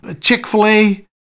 Chick-fil-A